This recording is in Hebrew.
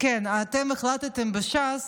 אתם בש"ס